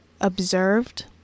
observed